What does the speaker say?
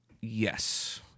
Yes